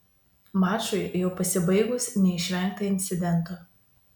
mačui jau pasibaigus neišvengta incidento